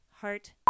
Heart